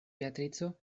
beatrico